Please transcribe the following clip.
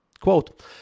Quote